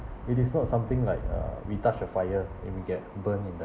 it is not something like uh we touch a fire and we get burned in the